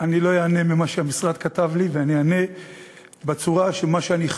אני לא אענה ממה שהמשרד כתב לי אלא אני אענה בצורה של מה שאני חש.